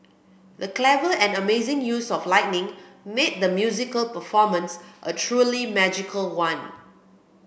the clever and amazing use of lighting made the musical performance a truly magical one